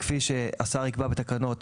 כפי שהשר ייקבע בתקנות,